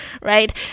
right